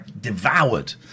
devoured